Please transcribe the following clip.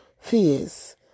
fears